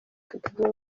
kagame